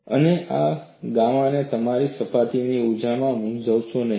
અને આ ગામાને તમારી સપાટીની ઊર્જામાં મૂંઝવશો નહીં